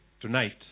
tonight